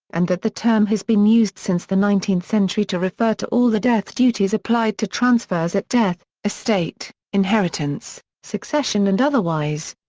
and that the term has been used since the nineteenth century to refer to all the death duties applied to transfers at death estate, inheritance, succession and otherwise.